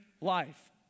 life